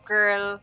Girl